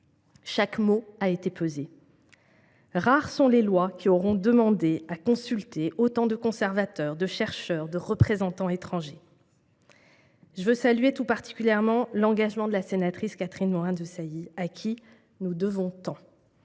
Chaque mot a été pesé. Rares sont les lois qui auront nécessité de consulter autant de conservateurs, de chercheurs, de représentants étrangers ! Je salue tout particulièrement l’engagement de la sénatrice Catherine Morin Desailly à qui nous devons tant.